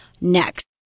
next